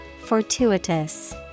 Fortuitous